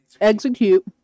Execute